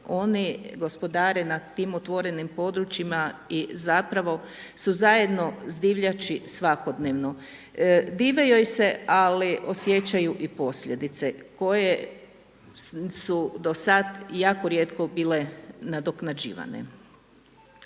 oni gospodare na tim otvorenim područjima i zapravo su zajedno sa divljači svakodnevno. Dive joj se ali osjećaju i posljedice koje su do sad jako rijetko bile nadoknađivane.